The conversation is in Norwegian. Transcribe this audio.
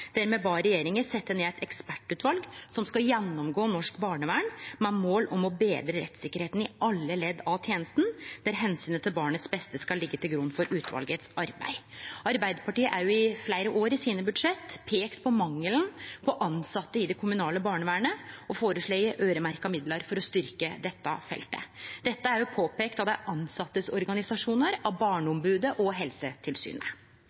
der me bad regjeringa «sette ned et ekspertutvalg som skal gjennomgå norsk barnevern med mål om å bedre rettssikkerheten i alle ledd av tjenesten, der hensynet til barnets beste skal ligge til grunn for utvalgets arbeid». Arbeidarpartiet har i fleire år i budsjetta sine peikt på mangelen på tilsette i det kommunale barnevernet og føreslege øyremerkte midlar for å styrkje dette feltet. Dette er påpeikt av organisasjonane til dei tilsette, av